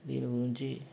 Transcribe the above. దీని గురించి